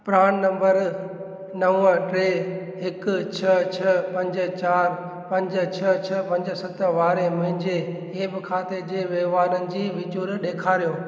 PRAN number नव टे हिक छह छह पंज चारि पंज छह छह पंज सत वारे मुंहिंजे एप खाते जे वहिंवारनि जी विचूर ॾेखारियो